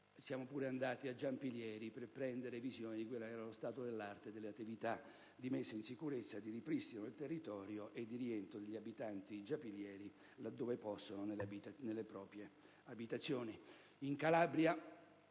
recato anche a Giampilieri, per prendere visione dello stato dell'arte delle attività di messa in sicurezza, di ripristino del territorio e di rientro degli abitanti, là dove possono, nelle proprie abitazioni.